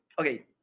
Okay